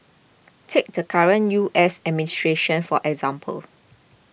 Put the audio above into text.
take the current U S administration for example